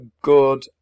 good